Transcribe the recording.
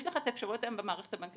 יש לך את האפשרויות היום במערכת הבנקאית,